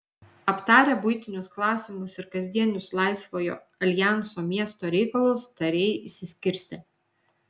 aptarę buitinius klausimus ir kasdienius laisvojo aljanso miesto reikalus tarėjai išsiskirstė